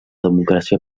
democràcia